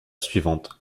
suivante